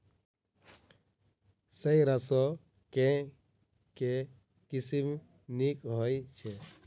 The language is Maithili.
सैरसो केँ के किसिम नीक होइ छै?